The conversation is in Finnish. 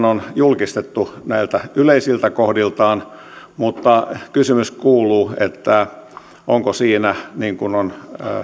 on julkistettu näiltä yleisiltä kohdiltaan mutta kysymys kuuluu onko siinä niin kuin on